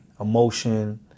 emotion